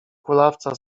kulawca